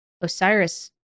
Osiris